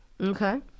okay